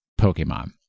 Pokemon